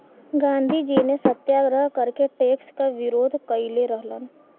गांधीजी ने सत्याग्रह करके टैक्स क विरोध कइले रहलन